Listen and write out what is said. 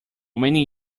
many